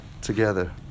together